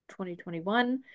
2021